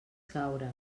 caure